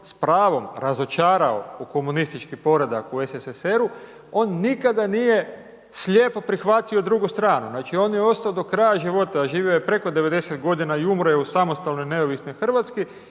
s pravom razočarao u komunistički poredak u SSSR-u, on nikada nije slijepo prihvatio drugu stranu. Znači on je ostao do kraja života a živio je preko 90 godina i umro je u samostalnoj i neovisnoj Hrvatskoj,